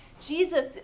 Jesus